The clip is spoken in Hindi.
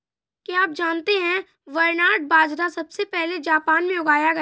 क्या आप जानते है बरनार्ड बाजरा सबसे पहले जापान में उगाया गया